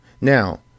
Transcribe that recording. Now